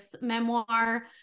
memoir